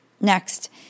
Next